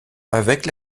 avec